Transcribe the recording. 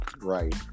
right